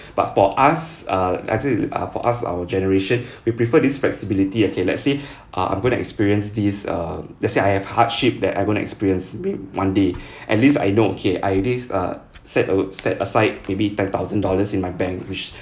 but for us uh actually uh for us our generation we prefer this flexibility okay let's say uh I'm going to experience these err let's say I have hardship that I'm gonna experience one day at least I know okay I this uh set o~ set aside maybe ten thousand dollars in my bank which